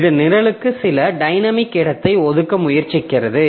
இது நிரலுக்கு சில டைனமிக் இடத்தை ஒதுக்க முயற்சிக்கிறது